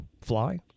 fly